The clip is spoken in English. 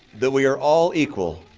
that we are all equal,